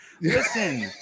Listen